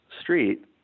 street